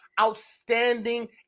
outstanding